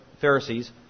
Pharisees